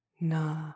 na